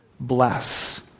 Bless